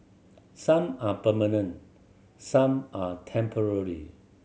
some are permanent some are temporary